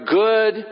good